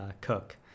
cook